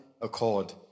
accord